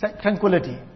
tranquility